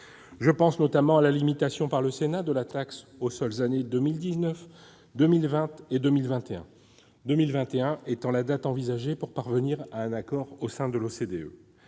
Je pense notamment à la limitation par le Sénat de la taxe aux seules années 2019, 2020 et 2021, cette dernière année étant la date envisagée pour parvenir à un accord au sein de l'OCDE.